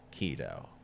keto